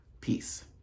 Peace